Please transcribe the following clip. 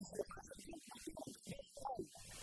שלוחו של אדם כמותו מדבר על